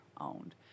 owned